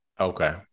Okay